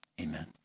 Amen